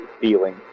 feeling